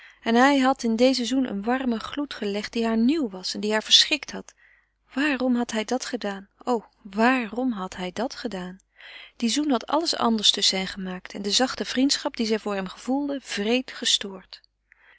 en hij had in dezen zoen een warmen gloed gelegd die haar nieuw was en die haar verschrikt had waarom had hij dat gedaan o waarom had hij dat gedaan die zoen had alles anders tusschen hen gemaakt en de zachte vriendschap die zij voor hem gevoelde wreed gestoord